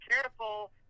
careful